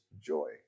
joy